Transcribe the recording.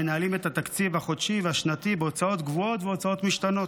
מנהלים את התקציב החודשי והשנתי בהוצאות קבועות והוצאות משתנות.